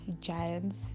giants